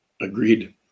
Agreed